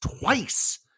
twice